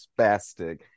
spastic